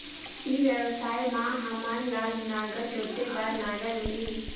ई व्यवसाय मां हामन ला नागर जोते बार नागर मिलही?